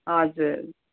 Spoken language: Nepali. हजुर